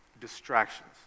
distractions